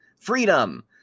freedom